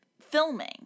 filming